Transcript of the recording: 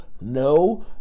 no